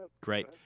Great